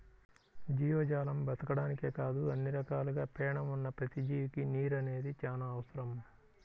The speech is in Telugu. జీవజాలం బతకడానికే కాదు అన్ని రకాలుగా పేణం ఉన్న ప్రతి జీవికి నీరు అనేది చానా అవసరం